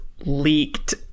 leaked